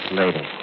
later